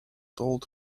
told